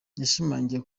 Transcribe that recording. yashimangiye